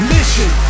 Mission